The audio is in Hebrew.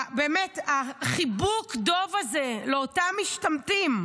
החיבוק דוב הזה לאותם משתמטים,